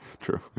True